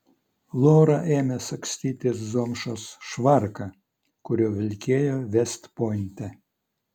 lora ėmė sagstytis zomšos švarką kuriuo vilkėjo vest pointe